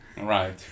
Right